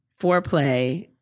foreplay